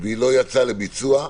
והיא לא יצאה לביצוע.